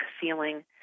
feeling